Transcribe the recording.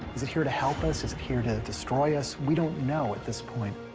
is it here to help us? is it here to destroy us? we don't know at this point.